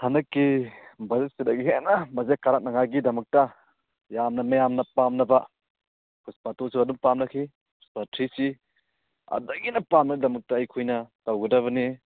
ꯍꯟꯗꯛꯀꯤ ꯕꯖꯦꯠꯁꯤꯗꯒꯤ ꯍꯦꯟꯅ ꯕꯠꯖꯦꯠ ꯀꯥꯔꯛꯅꯉꯥꯏꯒꯤ ꯗꯃꯛꯇ ꯌꯥꯝꯅ ꯃꯌꯥꯝꯅ ꯄꯥꯝꯅꯕ ꯄꯨꯁꯄꯥ ꯇꯨꯁꯨ ꯑꯗꯨꯝ ꯄꯥꯝꯅꯈꯤ ꯄꯨꯁꯄꯥ ꯊ꯭ꯔꯤꯁꯤ ꯑꯗꯨꯗꯒꯤꯍꯦꯟꯅ ꯄꯥꯝꯅꯕꯒꯤ ꯗꯃꯛꯇ ꯑꯩꯈꯣꯏꯅ ꯇꯧꯒꯗꯕꯅꯤ